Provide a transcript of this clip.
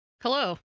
Hello